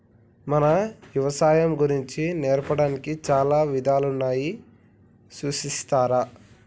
మన యవసాయం గురించి నేర్పడానికి చాలా విద్యాలయాలు సృష్టించారు